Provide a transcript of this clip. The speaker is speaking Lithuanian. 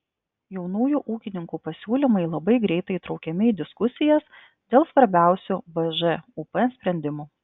jaunųjų ūkininkų pasiūlymai labai greitai įtraukiami į diskusijas dėl svarbiausių bžūp sprendimų